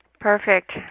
Perfect